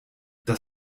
das